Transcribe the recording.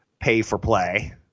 pay-for-play